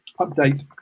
update